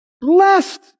Blessed